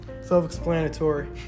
Self-explanatory